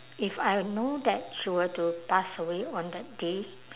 if I know that she were to pass away on that day